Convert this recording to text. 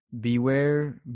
Beware